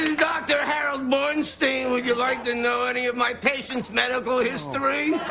and dr. harold bornstein. would you like to know any of my patients' medical history?